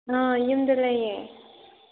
ꯑ ꯌꯨꯝꯗ ꯂꯩꯌꯦ